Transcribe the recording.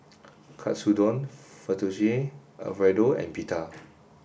Katsudon Fettuccine Alfredo and Pita